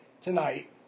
tonight